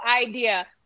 idea